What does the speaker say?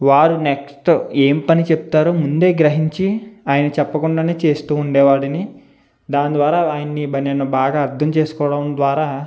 వారు నెక్స్ట్ ఏం పని చెప్తారు ముందే గ్రహించి ఆయన చెప్పకుండానే చేస్తూ ఉండేవాడిని దాని ద్వారా ఆయనని బా నేను బాగా అర్థం చేసుకోవడం ద్వారా